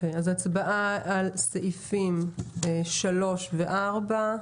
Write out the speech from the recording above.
הצבעה על סעיפים 3 ו-4.